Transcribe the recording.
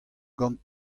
gant